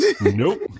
Nope